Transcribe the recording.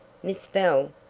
miss bell,